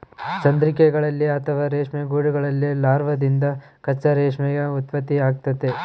ಚಂದ್ರಿಕೆಗಳಲ್ಲಿ ಅಥವಾ ರೇಷ್ಮೆ ಗೂಡುಗಳಲ್ಲಿ ಲಾರ್ವಾದಿಂದ ಕಚ್ಚಾ ರೇಷ್ಮೆಯ ಉತ್ಪತ್ತಿಯಾಗ್ತತೆ